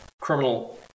criminal